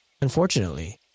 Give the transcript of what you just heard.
Unfortunately